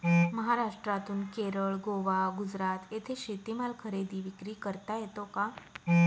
महाराष्ट्रातून केरळ, गोवा, गुजरात येथे शेतीमाल खरेदी विक्री करता येतो का?